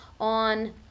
on